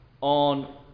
on